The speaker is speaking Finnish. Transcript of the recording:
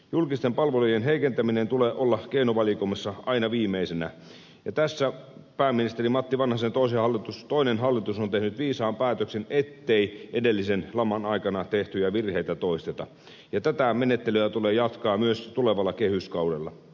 julkisten palveluiden heikentämisen tulee olla keinovalikoimassa aina viimeisenä ja tässä pääministeri matti vanhasen ii hallitus on tehnyt viisaan päätöksen ettei edellisen laman aikana tehtyjä virheitä toisteta ja tätä menettelyä tulee jatkaa myös tulevalla kehyskaudella